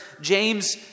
James